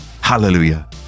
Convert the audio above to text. Hallelujah